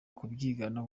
kubyigana